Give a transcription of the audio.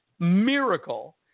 miracle